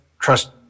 trust